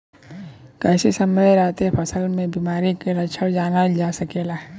कइसे समय रहते फसल में बिमारी के लक्षण जानल जा सकेला?